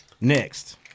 Next